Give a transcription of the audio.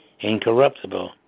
incorruptible